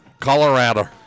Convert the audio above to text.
Colorado